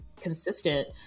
consistent